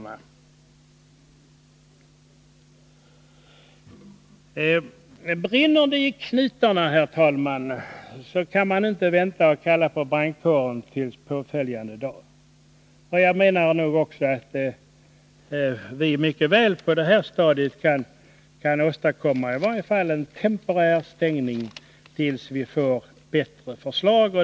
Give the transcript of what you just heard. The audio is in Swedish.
Om det brinner i knutarna, herr talman, kan man inte vänta med att kalla på brandkåren till påföljande dag. Jag menar att vi mycket väl på det här stadiet kan åstadkomma i varje fall en temporär stängning av sexklubbarna, tills vi får bättre förslag.